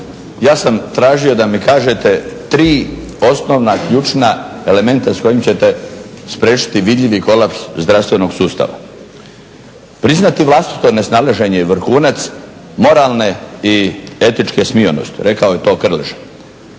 Ja sam tražio da mi kažete tri osnovna, ključna elementa s kojim ćete spriječiti vidljivi kolaps zdravstvenog sustava. Priznati vlastito nesnalaženje je vrhunac moralne i etičke smionosti, rekao je to Krleža.